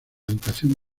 educación